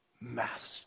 Master